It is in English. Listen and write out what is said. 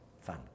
fun